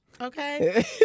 Okay